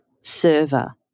server